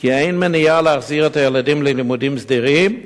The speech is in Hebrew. כי אין מניעה להחזיר את הילדים ללימודים סדירים,